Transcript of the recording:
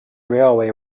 railway